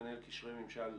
מנהל קשרי ממשל גוגל,